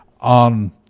on